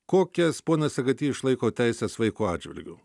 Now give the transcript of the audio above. kokias pone sagaty išlaiko teises vaiko atžvilgiu